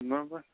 બરાબર